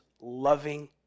loving